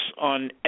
on